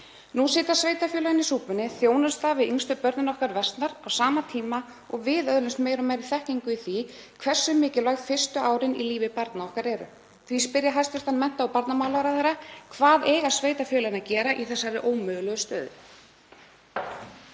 Nú sitja sveitarfélögin í súpunni, þjónusta við yngstu börnin okkar versnar á sama tíma og við öðlumst meiri og meiri þekkingu á því hversu mikilvæg fyrstu árin í lífi barna okkar eru. Því spyr ég hæstv. mennta- og barnamálaráðherra: Hvað eiga sveitarfélögin að gera í þessari ómögulegu stöðu?